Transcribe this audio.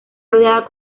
rodeada